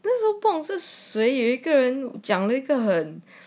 不懂是谁有一个人讲那个很